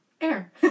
Air